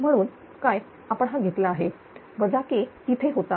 म्हणून काय आपण हा घेतला आहे Kतिथे होता